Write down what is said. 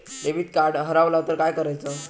Debit card हरवल तर काय करायच?